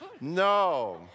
No